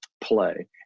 play